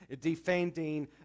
defending